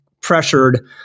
pressured